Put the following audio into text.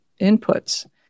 inputs